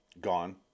gone